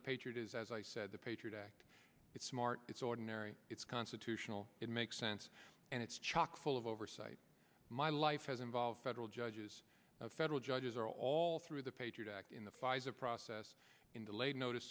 the patriot is as i said the patriot act it's smart it's ordinary it's constitutional it makes sense and it's chock full of oversight my life has involved federal judges federal judges are all through the patriot act in the flies a process in delayed notice